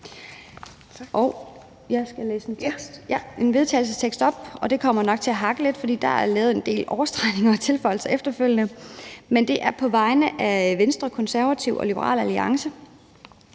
Jeg skal læse en vedtagelsestekst op, og jeg kommer nok til at hakke lidt, for der er efterfølgende lavet en del overstregninger og tilføjelser, men det er på vegne af Venstre, Konservative og Liberal Alliance,